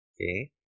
Okay